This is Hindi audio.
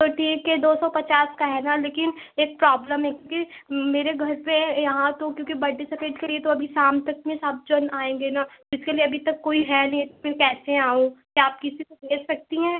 तो ठीक है दो सौ पचास का है न लेकिन एक प्रॉब्लम है कि मेरे घर पर यहाँ तो क्योंकि बड्डे सपेट कर रही हूँ तो अभी शाम तक में सब जन आएंगे न तो इसके लिए अभी तक कोई है नहीं तो फिर कैसे आऊँ क्या आप किसी से भेज सकती हैं